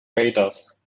raiders